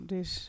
Dus